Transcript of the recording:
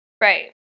Right